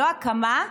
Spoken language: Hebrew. לא הקמה,